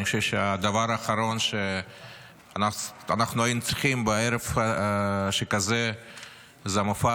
אני חושב שהדבר האחרון שאנחנו היינו צריכים בערב שכזה זה המופע